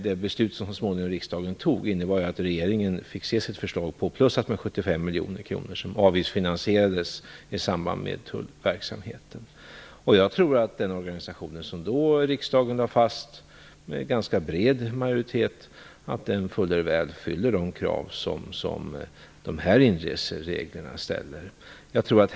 Det beslut som riksdagen så småningom fattade innebar att regeringen fick se sitt förslag påplussat med 75 miljoner kronor, som avgiftsfinansieras i samband med tullverksamheten. Jag tror att den organisation som riksdagen då lade fast med ganska bred majoritet fuller väl fyller de krav som ställs enligt reglerna.